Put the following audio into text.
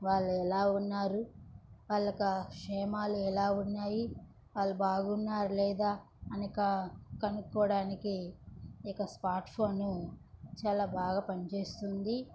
వాళ్ళు ఎలా ఉన్నారు వాళ్ళ యొక్క క్షేమాలు ఎలా ఉన్నాయి వాళ్ళు బాగున్నారా లేదా అని ఒక కనుక్కోడానికి ఇక స్మార్ట్ ఫోన్ చాలా బాగా పనిచేస్తుంది